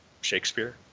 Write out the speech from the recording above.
shakespeare